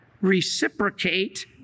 Reciprocate